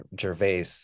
gervais